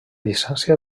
llicència